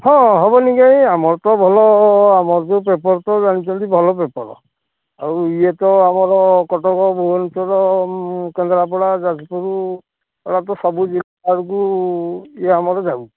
ହଁ ହେବନି କାହିଁ ଆମର ତ ଭଲ ଆମର ଯେଉଁ ପେପର୍ ତ ଜାଣିଛନ୍ତି ଭଲ ପେପର୍ ଆଉ ଇଏ ତ ଆମର କଟକ ଭୁବନେଶ୍ୱର କେନ୍ଦ୍ରାପଡ଼ା ଯାଜପୁର ଏଇରା ତ ସବୁ ଜିଲ୍ଲାକୁ ଇଏ ଆମର ଯାଉଛି